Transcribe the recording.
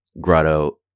Grotto